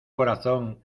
corazón